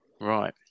Right